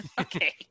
Okay